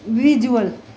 visual